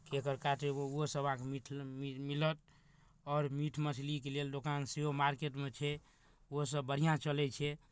cake अ आर काटयमे ओहोसभ अहाँकेँ मिलत आओर मीट मछलीके लेल दोकान सेहो मार्केटमे छै ओहोसभ बढ़िआँ चलै छै